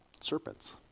serpents